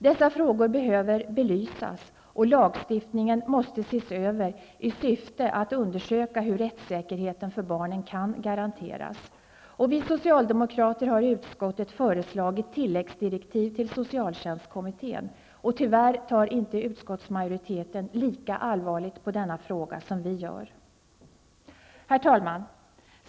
Dessa frågor behöver belysas, och lagstiftningen måste ses över i syfte att undersöka hur rättssäkerheten för barnen kan garanteras. Vi socialdemokrater har i utskottet föreslagit tilläggsdirektiv till socialtjänstkommittén. Tyvärr tar inte utskottsmajoriteten lika allvarligt på denna fråga som vi gör. Herr talman!